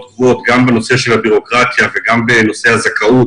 רואים שבהוצאות קבועות גם בנושא של הבירוקרטיה וגם בהסדר הזכאות,